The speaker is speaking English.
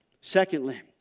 Secondly